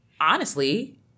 honestly-